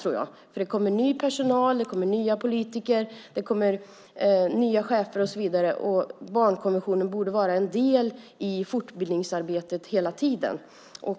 Det kommer nämligen ny personal, nya politiker, nya chefer och så vidare, och barnkonventionen borde vara en del i fortbildningsarbetet hela tiden.